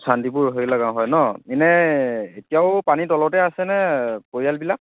শান্তিপুৰ ৰহিলা গাঁও হয় ন ইনেই এতিয়াও পানীৰ তলতেই আছেনে পৰিয়ালবিলাক